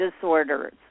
disorders